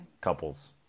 couples